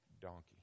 donkey